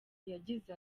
yagize